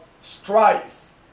strife